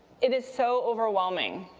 it is so overwhelming.